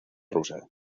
rusa